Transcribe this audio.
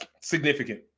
significant